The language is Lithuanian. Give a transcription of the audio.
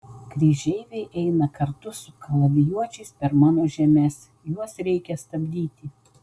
kryžeiviai eina kartu su kalavijuočiais per mano žemes juos reikia stabdyti